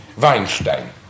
Weinstein